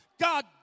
God